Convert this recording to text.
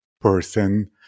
person